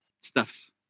stuffs